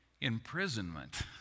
imprisonment